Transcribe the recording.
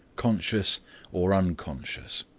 conscious or unconscious.